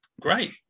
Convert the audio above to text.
great